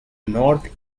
north